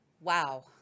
Wow